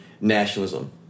nationalism